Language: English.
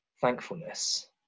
thankfulness